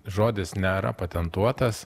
žodis nėra patentuotas